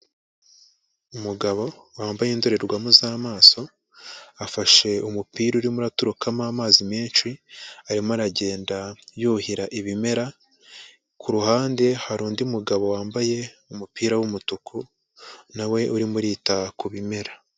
Umugabo wambaye indorerwamo z'amaso afashe umupira urimo uraturukamo amazi menshi arimo aragenda yuhira ibimera, kuruhande hari undi mugabo wambaye umupira w'umutuku nawe urimo urita kubimera.